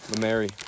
Mary